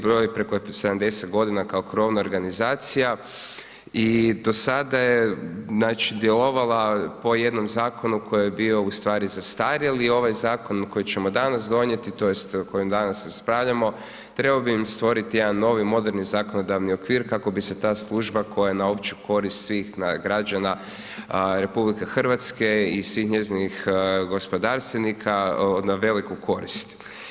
Broji preko 70 godina kao krovna organizacija i do sada je djelovala po zakonu koji je bio u stvari, zastarjeli, ovaj zakon koji ćemo danas donijeti, tj. o kojem danas raspravljamo, trebao bi im stvoriti jedan novi, moderni zakonodavni okvir kako bi se ta služba koja je na opću korist svih građana RH i svih njezinih gospodarstvenika na veliku korist.